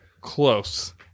Close